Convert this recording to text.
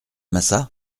massat